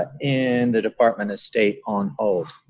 in the department of state on hold.